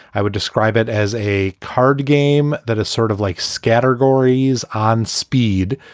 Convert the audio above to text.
i would describe it as a card game that is sort of like scattergories on speed.